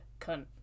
cunt